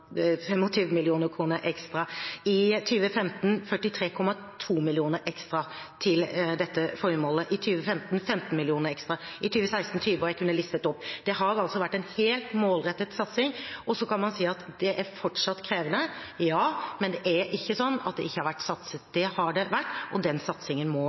ekstra til dette formålet, i 2015 43,8 mill. kr ekstra, i 2016 34,5 mill. kr ekstra – og jeg kunne listet opp videre. Det har altså vært en helt målrettet satsing. Så kan man si at det er fortsatt krevende. Ja, men det er ikke slik at det ikke har vært satset. Det har det vært, og den satsingen må